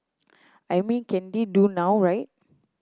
I mean can they do now right